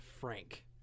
Frank